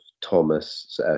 Thomas